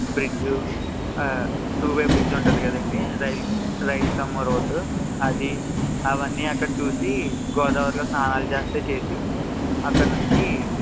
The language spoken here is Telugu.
బ్రిడ్జు టూ వే బ్రిడ్జు ఉంటుంది కదండీ రైల్ రైల్ కం రోడ్డు అది అవన్నీ అక్కడ చూసి గోదావరిలో స్నానాలు చేస్తే చేసి అక్కడ నుంచి